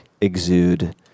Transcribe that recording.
exude